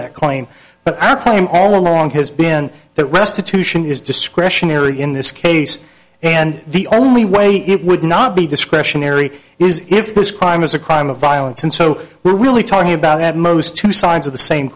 that claim but our claim all along has been that west to to sion is discretionary in this case and the only way it would not be discretionary is if this crime is a crime of violence and so we're really talking about at most two sides of the same